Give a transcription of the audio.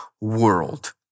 world